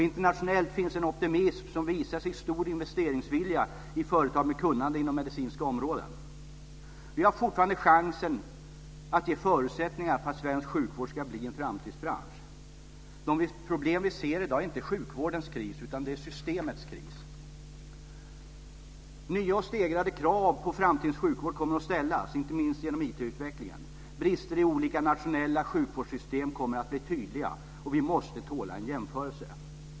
Internationellt finns en optimism som visar sig i stor investeringsvilja i företag med kunnande inom medicinska områden. Vi har fortfarande chansen att ge förutsättningar för att svensk sjukvård ska bli en framtidsbransch. De problem vi ser i dag är inte sjukvårdens kris, utan det är systemets kris. Nya och stegrade krav på framtidens sjukvård kommer att ställas, inte minst genom IT utvecklingen. Brister i olika nationella sjukvårdssystem kommer att bli tydliga, och vi måste tåla en jämförelse.